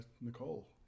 Nicole